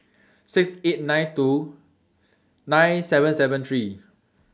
six eight nine two nine seven seven three